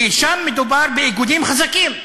כי שם מדובר באיגודים חזקים.